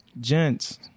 gents